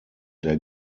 der